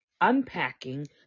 Unpacking